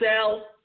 sell